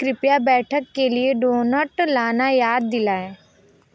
कृपया बैठक के लिए डोनट लाना याद दिलाएँ